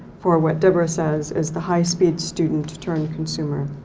for what deborah says is the high speed student turned consumer.